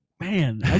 Man